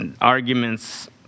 arguments